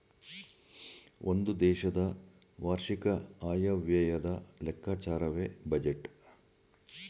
ಒಂದು ದೇಶದ ವಾರ್ಷಿಕ ಆಯವ್ಯಯದ ಲೆಕ್ಕಾಚಾರವೇ ಬಜೆಟ್